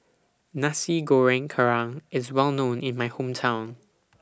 Nasi Goreng Kerang IS Well known in My Hometown